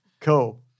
Cool